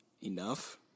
enough